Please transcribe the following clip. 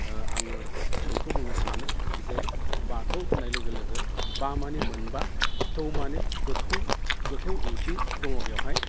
आङो बेखौ बुंनो सानो जे बाथौ होननाय लोगो लोगो बा माने मोनबा थौ माने गोथौ ओंथि दङ बेवहाय